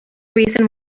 reason